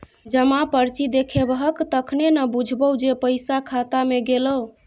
जमा पर्ची देखेबहक तखने न बुझबौ जे पैसा खाता मे गेलौ